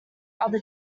other